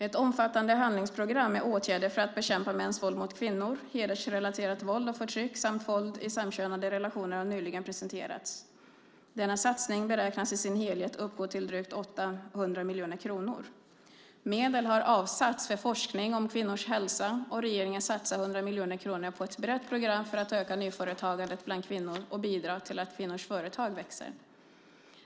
Ett omfattande handlingsprogram med åtgärder för att bekämpa mäns våld mot kvinnor, hedersrelaterat våld och förtryck samt våld i samkönade relationer har nyligen presenterats. Denna satsning beräknas i sin helhet uppgå till drygt 800 miljoner kronor. Medel har avsatts för forskning om kvinnors hälsa, och regeringen satsar 100 miljoner kronor på ett brett program för att öka nyföretagandet bland kvinnor och bidra till att kvinnors företag växer.